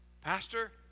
Pastor